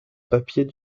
papiers